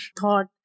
thought